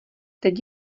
teď